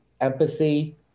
empathy